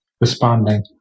responding